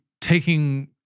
taking